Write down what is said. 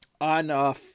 on